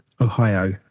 Ohio